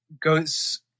goes